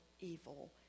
evil